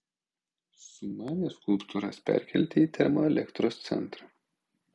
sumanė skulptūras perkelti į termoelektros centrą